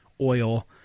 oil